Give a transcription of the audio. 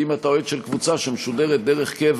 כי אם אתה אוהד של קבוצה שמשודרת דרך קבע